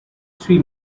three